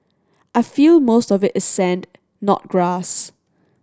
I feel most of it is sand not grass